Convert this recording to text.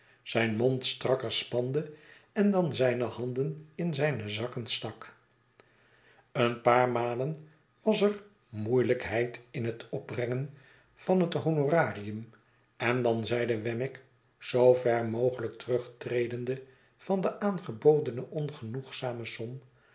zijn morid strakker spande en dan zijne handen in zijne zakken stak een paar malen was er moeielijkheid in het opbrengen van het honorarium en dan zeide wemmick zoo ver mogelijk terugtredende van de aangebodene ongenoegzame som